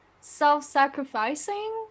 self-sacrificing